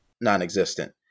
non-existent